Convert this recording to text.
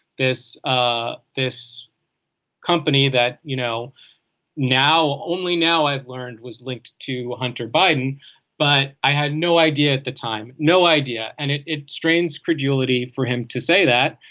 this ah this company that you know now only now i've learned was linked to hunter biden but i had no idea at the time. no idea. and it it strains credulity for him to say that.